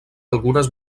algunes